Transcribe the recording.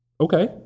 Okay